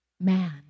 man